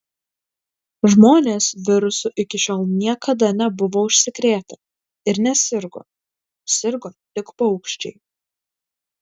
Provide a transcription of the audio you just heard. žmonės virusu iki šiol niekada nebuvo užsikrėtę ir nesirgo sirgo tik paukščiai